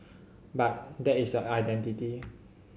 but that is your identity